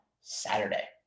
Saturday